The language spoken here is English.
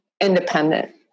independent